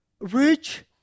rich